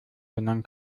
sondern